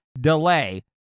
delay